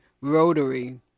Rotary